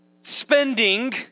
spending